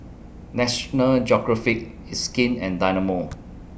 National Geographic It's Skin and Dynamo